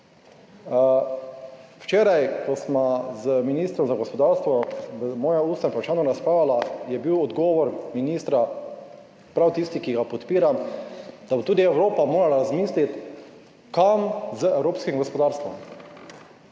Včeraj, ko sva z ministrom za gospodarstvo o mojem ustnem vprašanju razpravljala, je bil odgovor ministra, prav tisti, ki ga podpiram, da bo tudi Evropa morala razmisliti, kam z evropskim gospodarstvom.